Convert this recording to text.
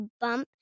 bump